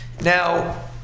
Now